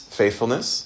faithfulness